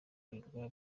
birwa